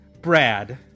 Brad